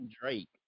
Drake